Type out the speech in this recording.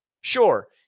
Sure